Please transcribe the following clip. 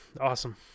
Awesome